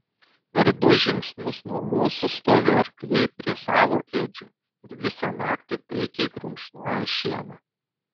per du žingsnius nuo mūsų stovi arkliai prie savo ėdžių ir visą naktį taikiai grumšnoja šieną